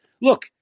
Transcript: look